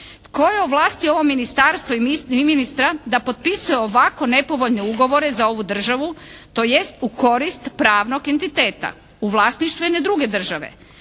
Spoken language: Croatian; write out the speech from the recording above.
Tko je ovlasti ovo ministarstvo i ministra da potpisuje ovako nepovoljne ugovore za ovu državu, tj. u korist pravnog entiteta u vlasništvu jedne druge države.